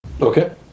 Okay